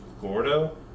Gordo